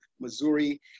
Missouri